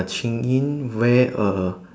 Chin-Yin wear a